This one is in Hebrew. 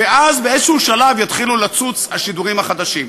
ואז באיזה שלב יתחילו לצוץ השידורים החדשים.